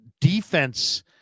defense